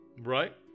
Right